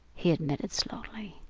he admitted slowly,